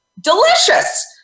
delicious